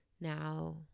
now